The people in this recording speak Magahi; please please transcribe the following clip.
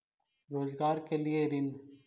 रोजगार के लिए ऋण?